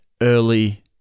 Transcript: early